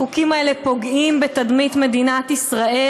החוקים האלה פוגעים בתדמית מדינת ישראל